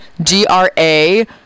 G-R-A